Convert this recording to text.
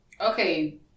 Okay